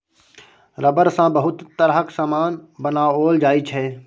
rubber सँ बहुत तरहक समान बनाओल जाइ छै